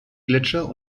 gletscher